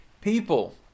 people